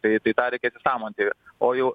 tai tai tą reikia įsisąmoninti o jau